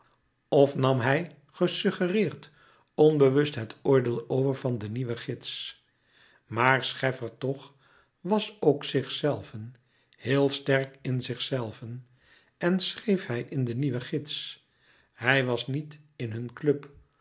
of nam hij gesuggereerd onbewust het oordeel over van de nieuwe gids maar scheffer toch was ook zichzelven heel sterk in zichzelven en schreef hij in de nieuwe gids hij was niet in hun club